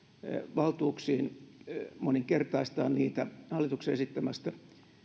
valtuuksiin moninkertaistaa ne hallituksen esittämästä